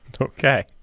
Okay